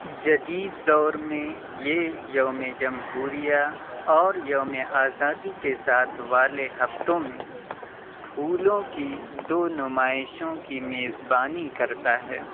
جدید دور میں یہ یوم جمہوریہ اور یوم آزادی کے ساتھ والے ہفتوں میں پھولوں کی دو نمائشوں کی میزبانی کرتا ہے